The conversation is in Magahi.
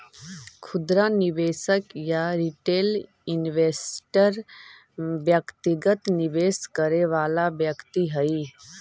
खुदरा निवेशक या रिटेल इन्वेस्टर व्यक्तिगत निवेश करे वाला व्यक्ति हइ